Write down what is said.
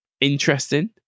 interesting